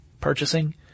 purchasing